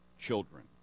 children